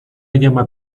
llama